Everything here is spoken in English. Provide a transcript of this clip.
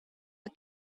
the